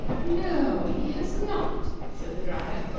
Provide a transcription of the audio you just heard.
no he has not, said the dryad,